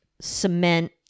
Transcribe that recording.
cement